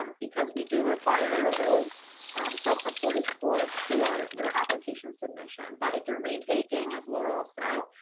um because we do require those self-reported scores for your application submission. but if you're retaking, as laurel said,